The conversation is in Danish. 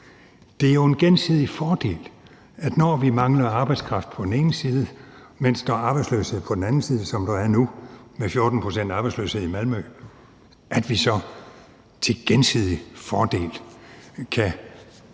på den anden side af Sundet. Når vi mangler arbejdskraft på den ene side, mens der er arbejdsløshed på den anden side, som der er nu, med en arbejdsløshed på 14 pct. i Malmø, er det jo til gensidig fordel, at vi